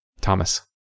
Thomas